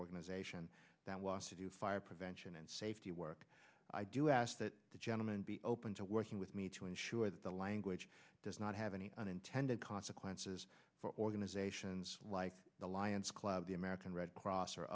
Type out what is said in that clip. organization that wants to do fire prevention and safety work i do ask that the gentleman be open to working with me to ensure that the language does not have any unintended consequences for organizations like the lions club the american red cross or